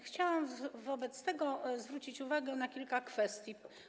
Chciałabym wobec tego zwrócić uwagę na kilka kwestii.